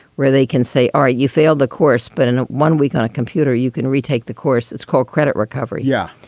where they can say, ah, you failed the course, but in one week on a computer, you can retake the course. it's called credit recovery. yeah.